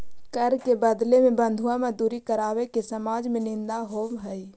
कर के बदले में बंधुआ मजदूरी करावे के समाज में निंदा होवऽ हई